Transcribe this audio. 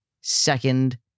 second